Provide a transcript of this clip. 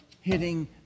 hitting